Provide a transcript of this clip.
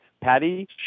Patty